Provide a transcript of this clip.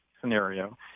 scenario